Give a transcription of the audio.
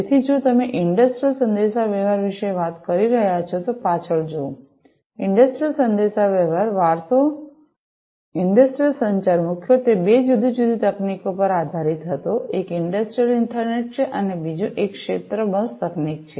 તેથી જો તમે ઇંડસ્ટ્રિયલ સંદેશાવ્યવહાર વિશે વાત કરી રહ્યા છો તો પાછળ જોવું ઇંડસ્ટ્રિયલ સંદેશાવ્યવહાર વારસો ઇંડસ્ટ્રિયલ સંચાર મુખ્યત્વે બે જુદી જુદી તકનીકો પર આધારિત હતો એક ઇંડસ્ટ્રિયલ ઇથરનેટ છે અને બીજું એક ક્ષેત્ર બસ તકનીક છે